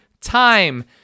time